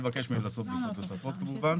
כל השנים